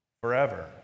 Forever